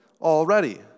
already